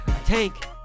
Tank